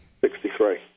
Sixty-three